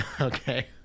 Okay